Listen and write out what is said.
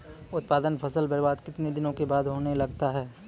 उत्पादन फसल बबार्द कितने दिनों के बाद होने लगता हैं?